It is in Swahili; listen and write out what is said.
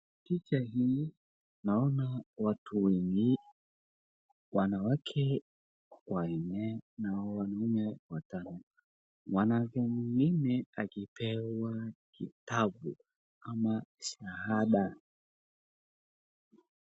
Picha hii naona watu wengi, wanawake wanne na wanaume watano mwanamke mwingine akipewa kitabu ama shahada.